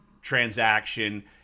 transaction